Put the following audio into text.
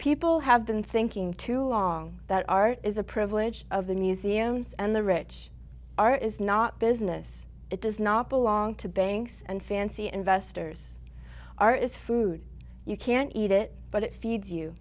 people have been thinking too long that art is a privilege of the museums and the rich are is not business it does not belong to banks and fancy investors are is food you can't eat it but it feeds you